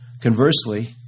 Conversely